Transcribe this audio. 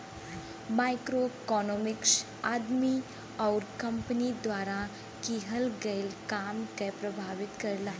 macroeconomics आदमी आउर company द्वारा किहल गयल काम के प्रभावित करला